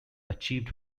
achieved